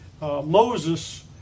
Moses